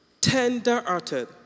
tender-hearted